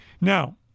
Now